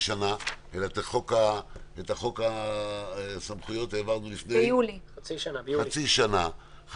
אלא בחוק הסמכויות שהעברנו לפני חצי שנה.